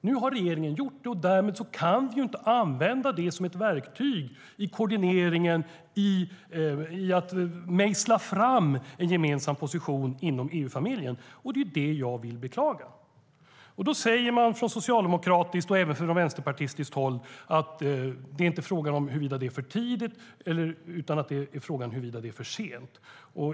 Nu har regeringen gjort det, och därmed kan vi inte använda det som ett verktyg i koordineringen och frammejslandet av en gemensam position inom EU-familjen. Det är det jag vill beklaga. Från socialdemokratiskt och även från vänsterpartistiskt håll säger man att frågan inte är huruvida det är för tidigt, utan frågan är huruvida det är för sent.